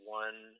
one